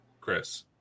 Chris